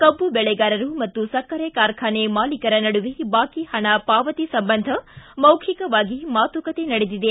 ಕಬ್ಬು ಬೆಳೆಗಾರರು ಮತ್ತು ಸಕ್ಕರೆ ಕಾರ್ಖಾನೆ ಮಾಲೀಕರ ನಡುವೆ ಬಾಕಿ ಹಣ ಪಾವತಿ ಸಂಬಂಧ ಮೌಖಿಕವಾಗಿ ಮಾತುಕತೆ ನಡೆದಿದೆ